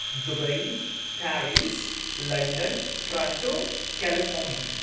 Dubai Paris London Toronto California